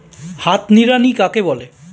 হাত নিড়ানি কাকে বলে?